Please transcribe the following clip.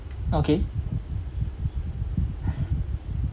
okay